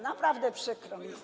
Naprawdę przykro mi.